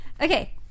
Okay